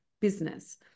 business